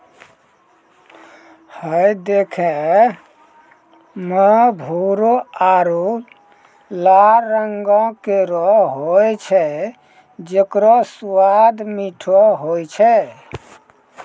हय देखै म भूरो आरु लाल रंगों केरो होय छै जेकरो स्वाद मीठो होय छै